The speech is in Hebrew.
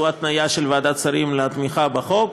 שהוא התניה שול ועדת השרים לתמיכה בחוק.